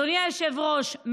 אדוני היושב-ראש,